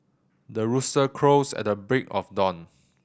the rooster crows at the break of dawn